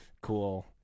Cool